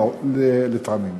לפעמים,